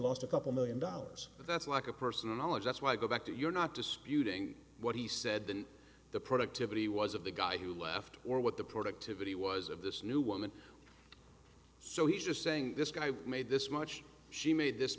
lost a couple million dollars but that's like a personal knowledge that's why i go back to you're not disputing what he said than the productivity was of the guy who left or what the productivity was of this new woman so he's just saying this guy made this much she made this